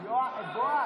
בועז.